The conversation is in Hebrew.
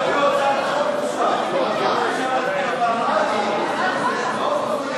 אפשר לעשות חוק,